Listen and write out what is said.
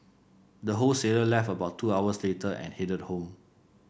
the wholesaler left about two hours later and headed home